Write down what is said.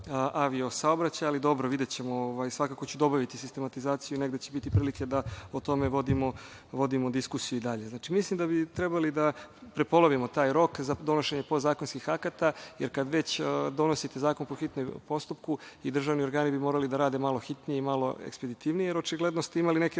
avio-saobraćaj, ali dobro, videćemo, svakako ću dobaviti sistematizaciju i negde će biti prilike da o tome vodimo diskusiju i dalje. Mislim da bi trebali da prepolovimo taj rok za donošenje podzakonskih akata, jer kad već donosite zakon po hitnom postupku, i državni organi bi morali da rade malo hitnije i malo ekspeditivnije, jer očigledno ste imali neki